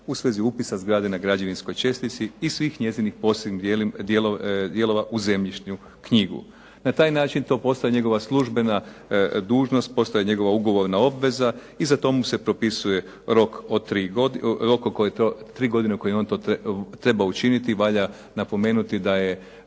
u svezi upisa zgrade na građevinskoj čestici i svih njezinih posebnih dijelova u zemljišnu knjigu. Na taj način to postaje njegova službena dužnost, postaje njegova ugovorna obveza i za to mu se propisuje rok, 3 godine u kojima on to treba učiniti. Valja napomenuti da su